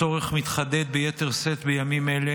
הצורך מתחדד ביתר שאת בימים אלו,